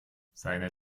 seine